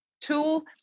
tool